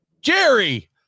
Jerry